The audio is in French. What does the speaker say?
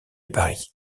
paris